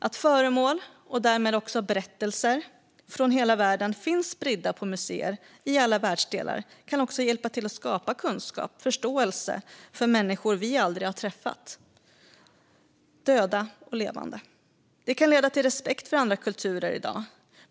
Att föremål och därmed berättelser från hela världen finns spridda på museer i alla världsdelar kan också hjälpa till att skapa kunskap om och förståelse för människor som vi aldrig har träffat, döda och levande. Det kan leda till respekt för andra kulturer i dag.